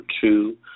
two